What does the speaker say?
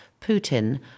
Putin